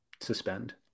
Suspend